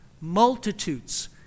multitudes